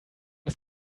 man